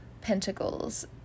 pentacles